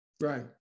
Right